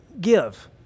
Give